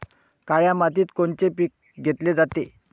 काळ्या मातीत कोनचे पिकं घेतले जाते?